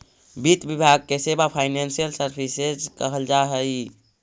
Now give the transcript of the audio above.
वित्त विभाग के सेवा के फाइनेंशियल सर्विसेज कहल जा हई